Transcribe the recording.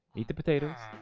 eat the potatoes